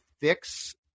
fix